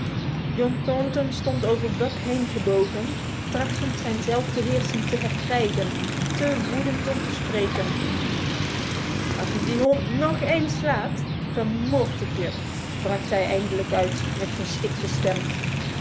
john thornton stond over buck heengebogen trachtend zijn zelfbhrsingtkj ewodnmtsprk als je die hond nog eens slaat vermoord ik je bracht hij eindelijk uit met verstikte stem